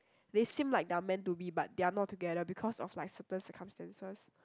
they seem like they are meant to be but they are not together because of like certain circumstances